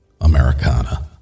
Americana